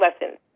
lessons